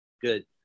Good